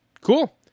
Cool